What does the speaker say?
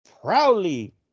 Proudly